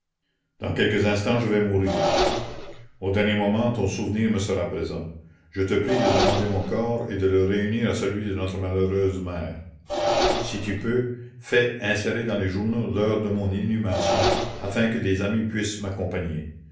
dans quelques instants je vais mourir au dernier moment ton souvenir me sera présent je te prie de la commune demander mon corps et de le réunir à celui de notre malheureuse mère si tu peux fais insérer dans les journaux l'heure de mon inhumation afin que des amis puissent m'accompagner